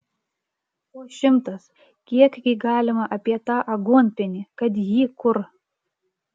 po šimtas kiekgi galima apie tą aguonpienį kad jį kur